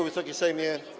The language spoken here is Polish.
Wysoki Sejmie!